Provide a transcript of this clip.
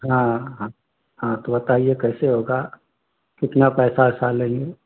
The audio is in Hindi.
हाँ हाँ हाँ हाँ तो बताइए कैसे होगा कितने पैसे वैसे लेंगे